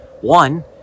One